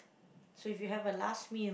so if you have a last meal